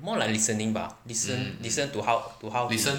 more like listening bah listen listen to how he~